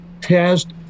test